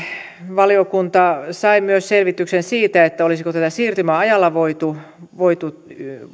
valiokunta sai myös selvityksen siitä olisiko tätä siirtymäajalla voitu